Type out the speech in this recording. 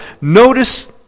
notice